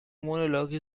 monologue